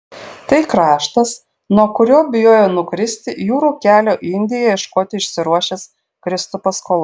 tai kraštas nuo kurio bijojo nukristi jūrų kelio į indiją ieškoti išsiruošęs kristupas kolumbas